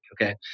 okay